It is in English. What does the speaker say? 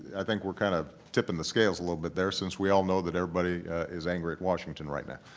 i think we're kind of tipping the scales a little bit there since we all know that everybody is angry at washington right now.